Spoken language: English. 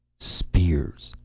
spears!